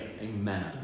Amen